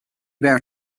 bear